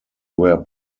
were